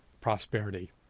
prosperity